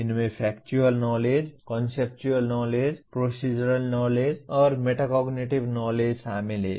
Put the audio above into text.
इनमें factual knowledge conceptual knowledge procedural knowledge और metacognitive knowledge शामिल हैं